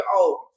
old